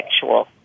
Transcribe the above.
sexual